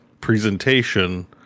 presentation